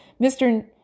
Mr